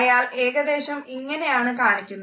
അയാൾ ഏകദേശം ഇങ്ങനെയാണ് കാണിക്കുന്നത്